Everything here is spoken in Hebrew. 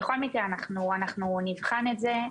בכל מקרה, אנחנו נבחן את זה.